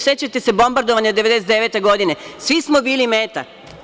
Sećate se bombardovanja 1999. godine, svi smo bili meta.